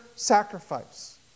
sacrifice